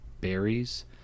berries